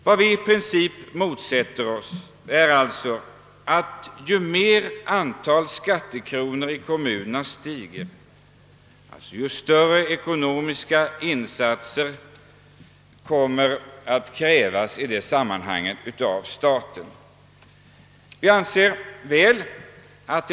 Vad vi i princip motsätter oss är att allt större ekonomiska insatser kommer att krävas av staten allteftersom antalet skattekronor stiger i kommunerna.